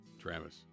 Travis